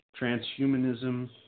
transhumanism